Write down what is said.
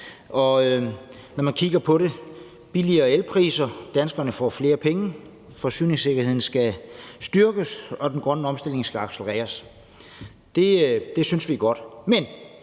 Når man kigger på det, handler det om billigere elpriser; at danskerne får flere penge til rådighed; at forsyningssikkerheden skal styrkes; og at den grønne omstilling skal accelereres. Det synes vi er godt.